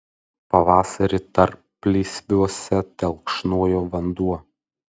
pavasarį tarplysviuose telkšnojo vanduo